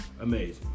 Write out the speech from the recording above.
Amazing